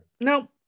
Now